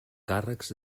càrrecs